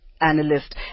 analyst